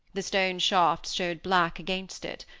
the stone shafts showed black against it.